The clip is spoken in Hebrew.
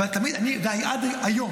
היום,